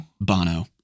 Bono